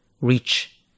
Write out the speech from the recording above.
reach